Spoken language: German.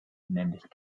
nämlich